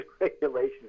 regulations